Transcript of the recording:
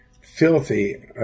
filthy